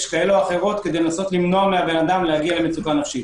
כאלו או אחרות כדי לנסות למנוע מהאדם להגיע למצוקה נפשית.